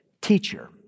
Teacher